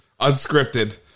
unscripted